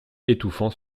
étouffant